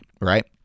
right